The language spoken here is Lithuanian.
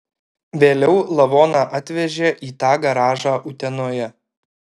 vėliau lavoną atvežė į tą garažą utenoje